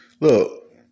Look